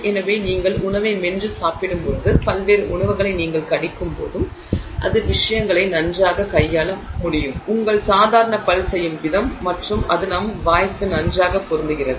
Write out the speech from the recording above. எனவே நீங்கள் உணவை மென்று சாப்பிடும்போது பல்வேறு உணவுகளை நீங்கள் கடிக்கும்போது அது விஷயங்களை நன்றாக கையாள முடியும் உங்கள் சாதாரண பல் செய்யும் விதம் மற்றும் அது நம் வாய்க்கு நன்றாக பொருந்துகிறது